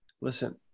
listen